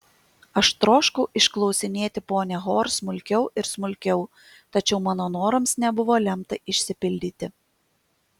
aš troškau išklausinėti ponią hor smulkiau ir smulkiau tačiau mano norams nebuvo lemta išsipildyti